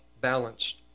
balanced